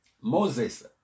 moses